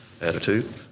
attitude